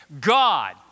God